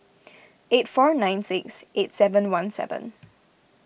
eight four nine six eight seven one seven